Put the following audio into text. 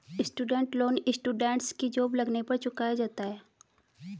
student loan students की job लगने पर चुकाया जाता है